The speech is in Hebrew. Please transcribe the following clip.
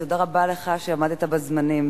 ותודה רבה לך על שעמדת בזמנים,